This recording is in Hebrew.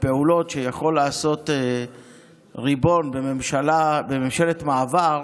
פעולות שיכולות לעשות ריבון בממשלת מעבר,